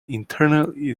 internal